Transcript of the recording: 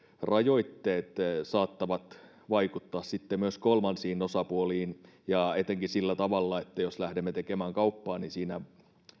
rajoitteet saattavat vaikuttaa sitten myös kolmansiin osapuoliin ja etenkin sillä tavalla että jos lähdemme tekemään kauppaa niin siinä